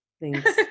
Thanks